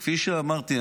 כפי שאמרתי,